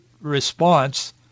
response